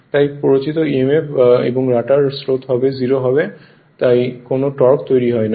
এবং তাই প্ররোচিত emf এবং রটার স্রোত 0 হবে এবং তাই কোন টর্ক তৈরি হয় না